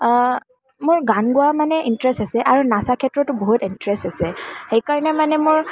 মোৰ গান গোৱাত মানে ইণ্টাৰেষ্ট আছে আৰু নচাৰ ক্ষেত্ৰতো বহুত ইণ্টাৰেষ্ট আছে সেইকাৰণে মানে মই